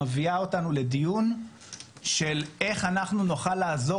שמביאה אותנו לדיון של איך נוכל לעזור